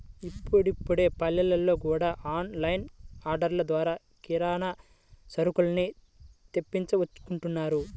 ఇప్పుడిప్పుడే పల్లెల్లో గూడా ఆన్ లైన్ ఆర్డర్లు ద్వారా కిరానా సరుకుల్ని తెప్పించుకుంటున్నారు